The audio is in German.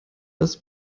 das